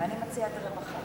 ואני מציעה את הרווחה,